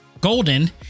golden